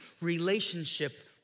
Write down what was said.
relationship